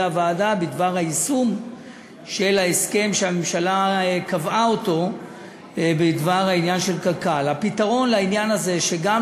הוועדה בדבר היישום של ההסכם שהממשלה קבעה אותו בדבר העניין של קק"ל.